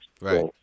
Right